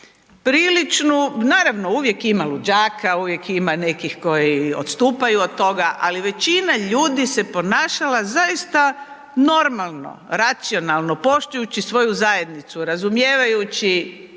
Priličnu, naravno uvijek ima luđaka, uvijek ima nekih koji odstupaju od toga, ali većina ljudi se ponašala zaista normalno, racionalno, poštujući svoju zajednicu, razumijevajući